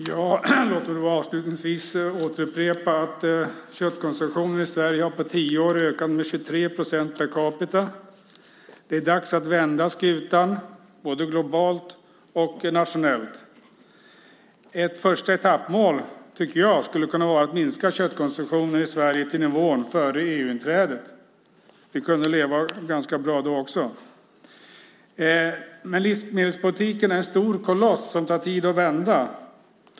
Fru talman! Låt mig avslutningsvis återupprepa att köttkonsumtionen i Sverige på tio år har ökat med 23 procent per capita. Det är dags att vända skutan, både globalt och nationellt. Ett första etappmål skulle kunna vara att minska köttkonsumtionen i Sverige till nivån före EU-inträdet. Vi kunde leva ganska bra då också. Livsmedelspolitiken är en stor koloss som det tar tid att vända.